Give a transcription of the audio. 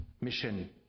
mission